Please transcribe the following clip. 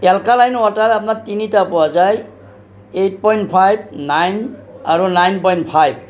alkaline water আপোনাৰ তিনিটা পোৱা যায় এইট পইণ্ট ফাইভ নাইন আৰু নাইন পইণ্ট ফাইভ